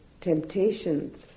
temptations